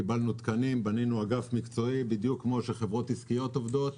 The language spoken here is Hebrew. קיבלנו תקנים ובנינו אגף מקצועי בדיוק כמו שחברות עסקיות עובדות.